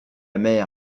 mer